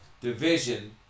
division